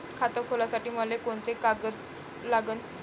खात खोलासाठी मले कोंते कागद लागन?